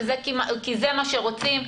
כי זה מה שרוצים,